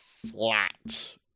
flat